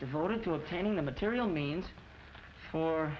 devoted to obtaining the material means for